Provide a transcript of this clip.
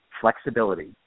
Flexibility